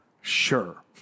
Sure